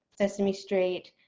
sesame street,